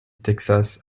texas